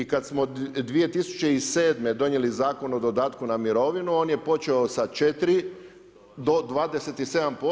I kad smo 2007. donijeli Zakon o dodatku na mirovinu on je počeo sa 4 do 27%